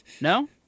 No